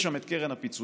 יש שם את קרן הפיצויים,